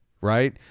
right